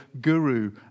guru